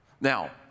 Now